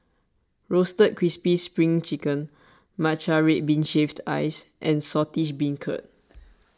Roasted Crispy Spring Chicken Matcha Red Bean Shaved Ice and Saltish Beancurd